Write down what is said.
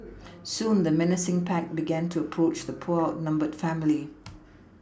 soon the menacing pack began to approach the poor outnumbered family